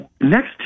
next